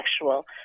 sexual